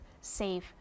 safe